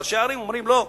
שראשי הערים אומרים: לא,